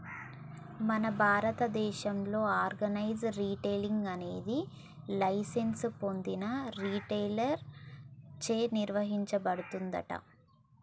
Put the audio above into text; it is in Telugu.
మన భారతదేసంలో ఆర్గనైజ్ రిటైలింగ్ అనేది లైసెన్స్ పొందిన రిటైలర్ చే నిర్వచించబడుతుందంట